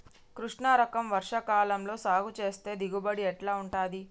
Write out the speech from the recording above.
కృష్ణ రకం వర్ష కాలం లో సాగు చేస్తే దిగుబడి ఎట్లా ఉంటది?